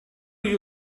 you